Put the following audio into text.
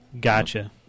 Gotcha